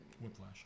Whiplash